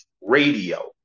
radio